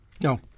No